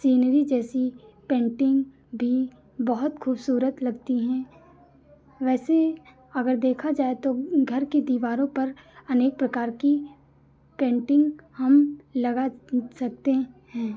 scenery जैसी painting भी बहुत खूबसूरत लगती हैं वैसे अगर देखा जाए तो घर की दीवारों पर अनेक प्रकार की पेन्टिंग हम लगा सकते हैं